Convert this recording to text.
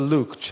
Luke